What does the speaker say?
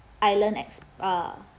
island x err